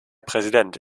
präsident